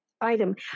Item